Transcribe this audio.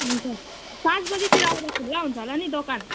हुन्छ पाँच बजेतिर आउँदाखेरि खुल्ला हुन्छ होला नि दोकान